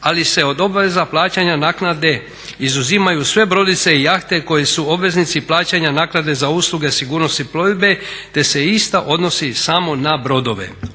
ali se od obaveza plaćanja naknade izuzimaju sve brodice i jahte koje su obveznici plaćanja naknade za usluge sigurnosti plovidbe, te se ista odnosi samo na brodove.